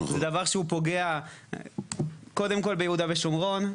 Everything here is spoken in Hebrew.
זה דבר שפוגע קודם כל ביהודה ושומרון,